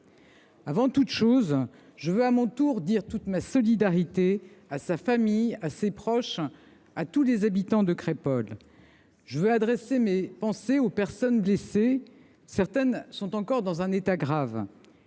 Avant toute chose, j’exprime à mon tour toute ma solidarité à sa famille et à ses proches, ainsi qu’à tous les habitants de Crépol. J’adresse mes pensées aux personnes blessées, dont certaines sont encore dans un état grave.